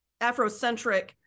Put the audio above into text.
Afrocentric